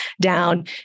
down